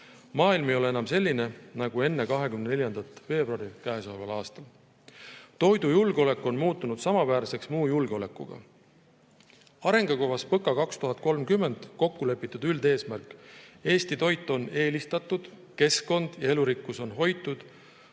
Maailm ei ole enam selline nagu enne 24. veebruari käesoleval aastal. Toidujulgeolek on muutunud samaväärseks muu julgeolekuga. Arengukavas "PõKa 2030" kokkulepitud üldeesmärk – Eesti toit on eelistatud, keskkond ja elurikkus on hoitud,